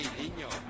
niño